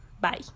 bye